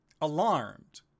alarmed